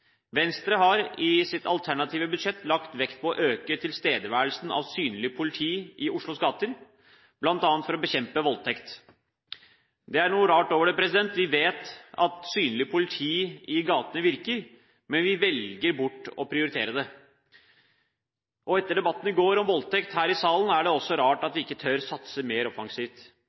Venstre har i sitt alternative budsjett lagt vekt på å øke tilstedeværelsen av synlig politi i Oslos gater, bl.a. for å bekjempe voldtekt. Det er noe rart over det: Vi vet at synlig politi i gatene virker, men vi velger bort å prioritere det. Etter debatten her i salen i går om voldtekt er det også rart at vi ikke tør å satse mer offensivt.